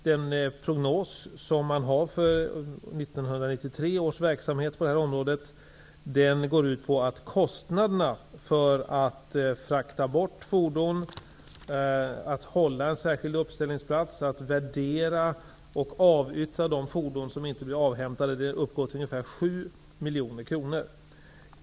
Den prognos som man har för 1993 års verksamhet på detta område går ut på att kostnaderna för att frakta bort fordon, för att hålla en särskild uppställningsplats samt för att värdera och avyttra de fordon som inte blir avhämtade uppgår till ungefär 7 miljoner kronor.